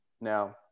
now